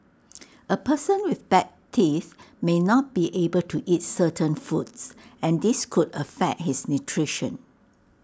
A person with bad teeth may not be able to eat certain foods and this could affect his nutrition